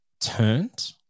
turned